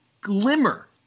glimmer